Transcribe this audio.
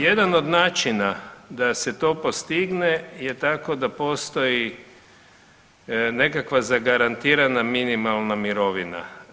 Jedan od načina da se to postigne je tako da postoji nekakva zagarantirana minimalna mirovina.